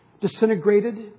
Disintegrated